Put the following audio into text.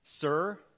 sir